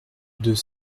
deux